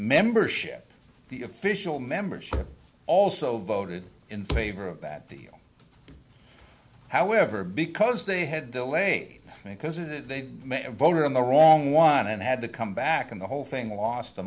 membership the official membership also voted in favor of that deal however because they had delay because it they may have voted on the wrong one and had to come back and the whole thing last a